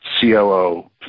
COO